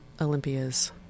Olympia's